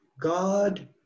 God